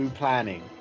planning